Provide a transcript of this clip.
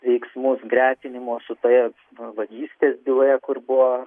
veiksmus gretinimo su toje vagystės byloje kur buvo